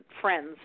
friends